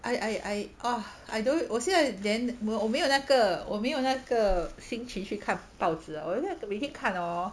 I I I !aww! I don't 我现在连我没有那个我没有那个心情去看报纸哦我如果每天看哦